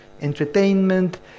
entertainment